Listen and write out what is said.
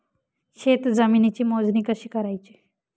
शेत जमिनीची मोजणी कशी करायची?